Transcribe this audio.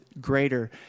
greater